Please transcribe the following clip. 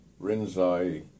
Rinzai